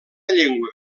llengua